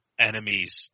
enemies